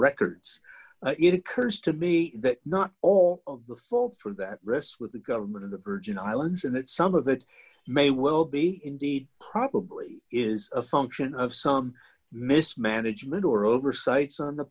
records it occurs to me that not all of the fault for that rests with the government of the virgin islands and that some of it may well be indeed probably is a function of some mismanagement or oversights on the